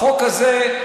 החוק הזה,